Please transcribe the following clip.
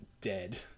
dead